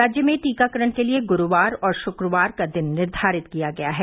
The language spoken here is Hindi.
राज्य में टीकाकरण के लिये गुरूवार और शुक्रवार का दिन निर्धारित किया गया है